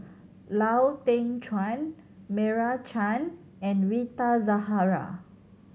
Lau Teng Chuan Meira Chand and Rita Zahara